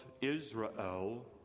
Israel